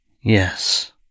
Yes